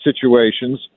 situations